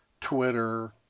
Twitter